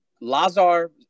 Lazar